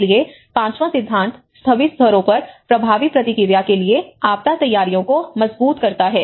इसलिए पांचवां सिद्धांत सभी स्तरों पर प्रभावी प्रतिक्रिया के लिए आपदा तैयारियों को मजबूत करता है